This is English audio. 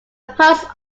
post